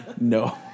No